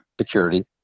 security